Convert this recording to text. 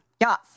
Yes